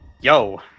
Yo